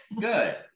Good